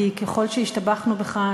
כי ככל שהשתבחנו בך,